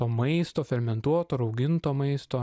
to maisto fermentuoto rauginto maisto